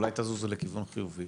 אולי תזוזו לכיוון חיובי?